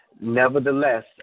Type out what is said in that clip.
Nevertheless